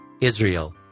Israel